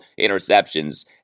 interceptions